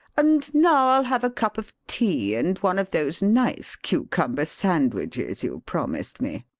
and now i'll have a cup of tea, and one of those nice cucumber sandwiches you promised me.